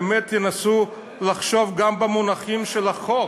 באמת תנסו לחשוב גם במונחים של החוק.